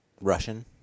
Russian